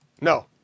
No